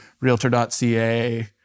Realtor.ca